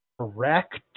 Correct